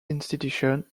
institution